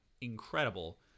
incredible